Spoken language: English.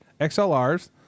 XLRs